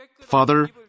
Father